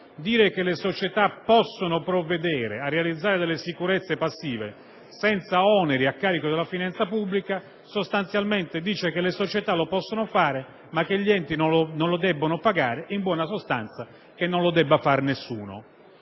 dire che le società possono provvedere a realizzare delle sicurezze passive senza oneri a carico della finanza pubblica sostanzialmente vuol dire che le società lo possono fare ma che gli enti non lo debbono pagare, in buona sostanza che non lo deve fare nessuno.